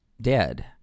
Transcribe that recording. dead